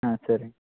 సరే